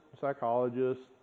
psychologists